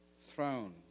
throne